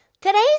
today's